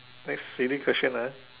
next silly question ah